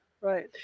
Right